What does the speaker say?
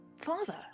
father